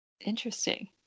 Interesting